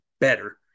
better